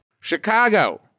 Chicago